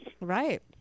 Right